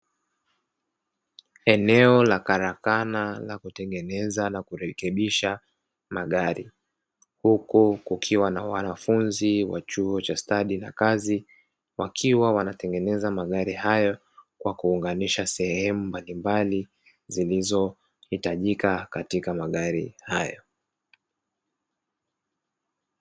Eneo la karakana la kutengeneza na kurekebisha magari, huku kukiwa na wanafunzi wa chuo cha stadi na kazi wakiwa wanatengeneza magari hayo, kwa kuunganisha sehemu mbalimbali zilizohitajika katika magari hayo.